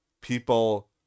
people